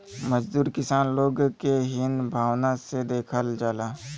मजदूर किसान लोग के हीन भावना से देखल जाला